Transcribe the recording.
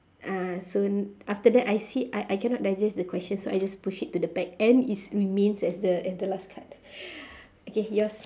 uh so after that I see I I cannot digest the question so I just push it to the back and is remains as the as the last card okay yours